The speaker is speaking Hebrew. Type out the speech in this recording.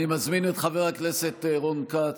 אני מזמין את חבר הכנסת רון כץ,